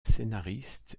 scénariste